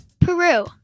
Peru